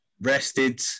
rested